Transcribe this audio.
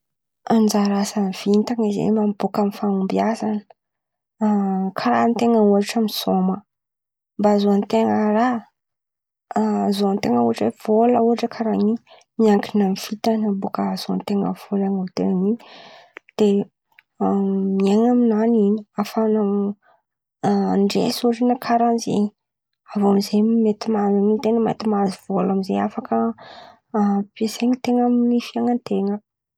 Anjara asa ny vintan̈a zen̈y mba miboaka amin̈'ny fahombiazana. Karà an-ten̈a ôhatra misôma, mba azoan-ten̈a raha a- azohan-ten̈a ôhatra hoe vôla ôhatra karà in̈y. Miankin̈a amin̈'ny vintan̈a bôka azohan-ten̈a vôla de miain̈a amin̈any in̈y afan̈a handresy ôhatra karà zen̈y, avô amizay mety mahazo vôla amizay ampiasain-ten̈a amin̈'ny fiain̈an-ten̈a.